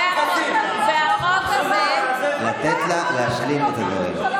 והחוק הזה, לתת לה להשלים את הדברים.